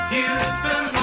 Houston